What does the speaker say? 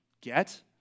Get